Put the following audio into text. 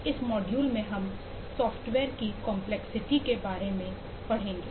इस मॉड्यूल में हम सॉफ्टवेयर की कंपलेक्सिटी के बारे में देखेंगे